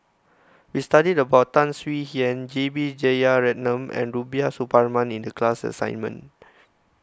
we studied about Tan Swie Hian J B Jeyaretnam and Rubiah Suparman in the class assignment